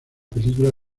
película